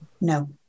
No